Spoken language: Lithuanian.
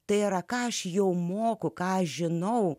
tai yra ką aš jau moku ką žinau